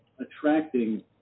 attracting